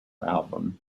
album